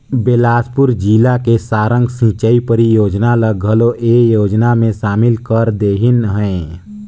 बेलासपुर जिला के सारंग सिंचई परियोजना ल घलो ए योजना मे सामिल कर देहिनह है